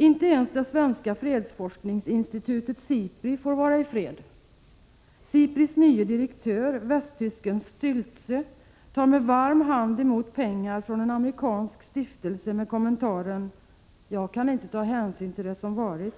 Inte ens det svenska fredsforskningsinstitutet SIPRI får vara i fred. SIPRI:s nye direktör, västtysken Stätzle, tar med varm hand emot pengar från en amerikansk stiftelse med kommentaren: Jag kan inte ta hänsyn till det som varit.